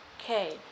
okay